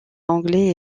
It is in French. anglais